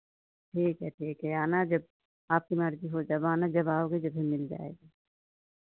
ठीक है ठीक है आना जब आपकी मर्जी हो जब आना जब आओगे जब भी मिल जाएगा